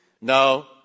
No